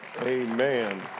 Amen